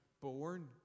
born